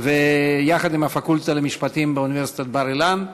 יחד עם הפקולטה למשפטים באוניברסיטת בר-אילן.